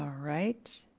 um right.